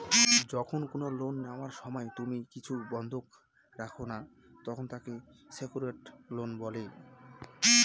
যখন কোনো লোন নেওয়ার সময় তুমি কিছু বন্ধক রাখো না, তখন তাকে সেক্যুরড লোন বলে